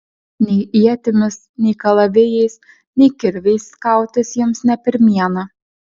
nei ietimis nei kalavijais nei kirviais kautis jiems ne pirmiena